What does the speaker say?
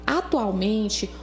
atualmente